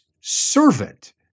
servant